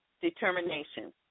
determination